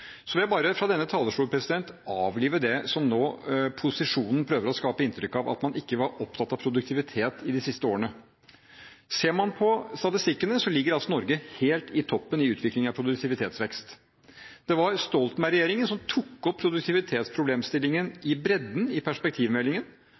Så vil jeg bare fra denne talerstol avlive det som posisjonen nå prøver å skape inntrykk av: at man ikke har vært opptatt av produktivitet de siste årene. Ser man på statistikken, ligger Norge helt i toppen i utviklingen av produktivitetsvekst. Det var Stoltenberg-regjeringen som tok opp produktivitetsproblemstillingen